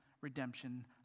redemption